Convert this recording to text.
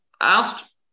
asked